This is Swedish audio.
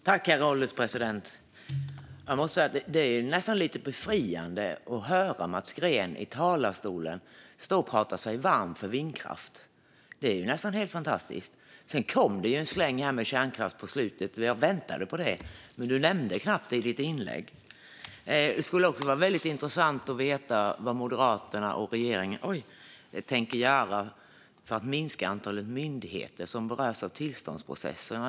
Herr ålderspresident! Det är nästan lite befriande att höra Mats Green prata sig varm för vindkraften. Det är nästan helt fantastiskt. Sedan kom det en släng med kärnkraft på slutet. Jag väntade på det. Han nämnde det knappt i sitt anförande. Det skulle också vara intressant att höra vad Moderaterna och regeringen tänker göra för att minska antalet myndigheter som berörs av tillståndsprocesserna.